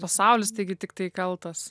pasaulis taigi tiktai kaltas